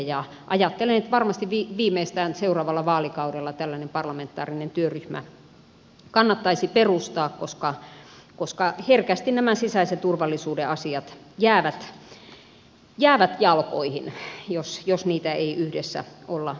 ajattelen että varmasti viimeistään seuraavalla vaalikaudella tällainen parlamentaarinen työryhmä kannattaisi perustaa koska herkästi nämä sisäisen turvallisuuden asiat jäävät jalkoihin jos niitä ei yhdessä olla puolustamassa